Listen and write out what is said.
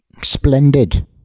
splendid